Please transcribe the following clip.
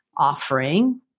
offering